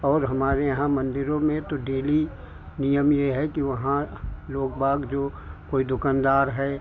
और हमारे यहाँ मंदिरों में तो डेली नियम ये है कि वहाँ लोग बाग जो कोई दुकानदार है